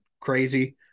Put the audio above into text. crazy